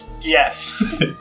Yes